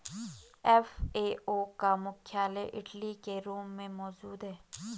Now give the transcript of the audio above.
FAO का मुख्यालय Italy के रोम में मौजूद है